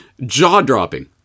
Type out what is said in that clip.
jaw-dropping